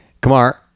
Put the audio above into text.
kamar